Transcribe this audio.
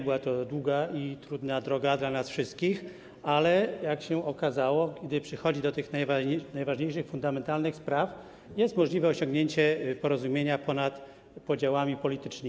Była to długa i trudna droga dla nas wszystkich, ale jak się okazało, kiedy przychodzi do tych najważniejszych, fundamentalnych spraw, jest możliwe osiągnięcie porozumienia ponad podziałami politycznymi.